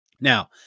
Now